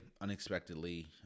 unexpectedly